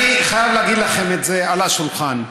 אני חייב לשים את זה על השולחן: